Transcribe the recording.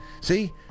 See